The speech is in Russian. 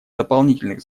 дополнительных